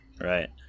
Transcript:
Right